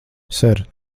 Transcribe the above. ser